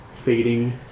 fading